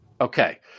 Okay